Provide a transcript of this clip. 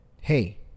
hey